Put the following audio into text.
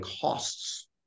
costs